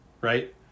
right